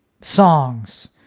songs